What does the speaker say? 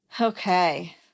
Okay